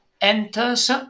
enters